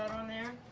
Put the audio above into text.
on there.